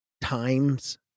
times